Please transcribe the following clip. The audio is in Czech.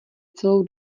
celou